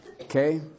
Okay